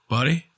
Buddy